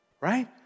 right